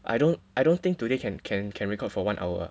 I don't I don't think today can can can record for one hour ah